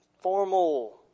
formal